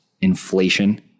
inflation